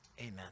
Amen